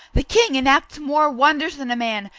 the king enacts more wonders than a man,